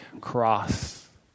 cross